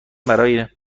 برای